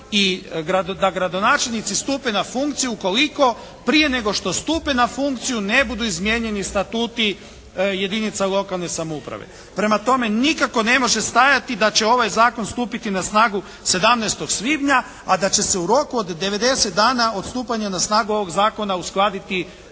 i, da gradonačelnici stupe na funkciju ukoliko prije nego što stupe na funkciju ne budu izmijenjeni statuti jedinica lokalne samouprave. Prema tome nikako ne može stajati da će ovaj zakon stupiti na snagu 17. svibnja a da će se u roku od 90 dana od stupanja na snagu ovog zakona uskladiti